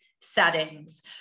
settings